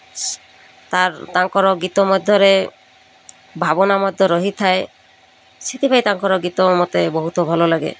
ତାର୍ ତାଙ୍କର ଗୀତ ମଧ୍ୟରେ ଭାବନା ମଧ୍ୟ ରହିଥାଏ ସେଥିପାଇଁ ତାଙ୍କର ଗୀତ ମୋତେ ବହୁତ ଭଲ ଲାଗେ